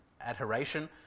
adoration